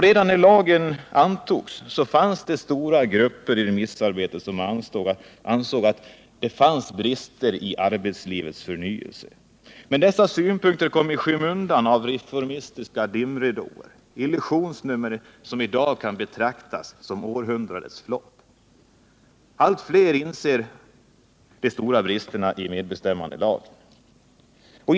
Redan när lagen antogs ansåg flera remissinstanser att det fanns brister när det gäller arbetslivets förnyelse. Men dessa synpunkter kom i skymundan till följd av reformistiska dimridåer, illusionsnummer som i dag kan betraktas som århundradets flop. Allt fler inser de stora bristerna i medbestämmandelagen.